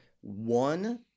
one